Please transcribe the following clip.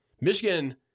Michigan